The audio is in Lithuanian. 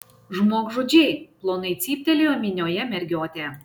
žmogžudžiai plonai cyptelėjo minioje mergiotė